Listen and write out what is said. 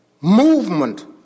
movement